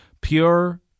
Pure